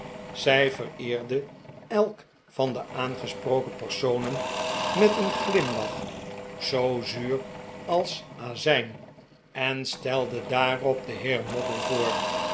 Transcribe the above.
zij vereerde elk van de aangesproken personen met een glimlach zoo zuur als maarten chuzzlewit azijn en stelde daarop den heer moddle voor